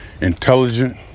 intelligent